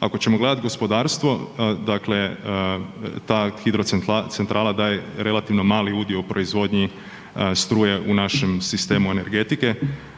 ako ćemo gledat gospodarstvo, dakle ta hidrocentrala daje relativno mali udio u proizvodnji struje u našem sistemu energetike,